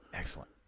Excellent